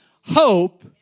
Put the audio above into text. hope